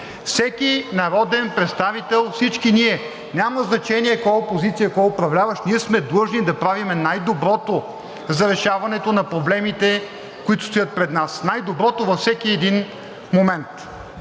Всеки народен представител, всички ние – няма значение кой е опозиция, кой е управляващ, сме длъжни да правим най-доброто за решаването на проблемите, които стоят пред нас. Най-доброто във всеки един момент.